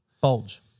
Bulge